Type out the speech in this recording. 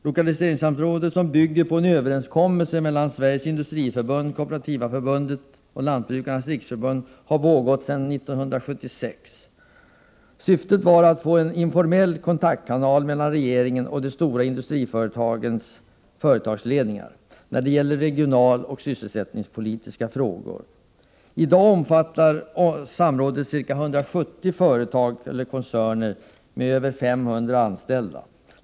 Lokaliseringssamrådet, som bygger på en överenskommelse mellan Sveriges industriförbund, Kooperativa förbundet och Lantbrukarnas riksförbund, har pågått sedan 1976. Syftet var att få en informell kontaktkanal mellan regeringen och de stora industrikoncernernas företagsledningar när det gäller regionaloch sysselsättningspolitiska frågor. I dag omfattar samrådet ca 170 företag eller koncerner med över 500 anställda.